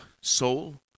Soul